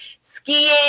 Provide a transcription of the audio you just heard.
skiing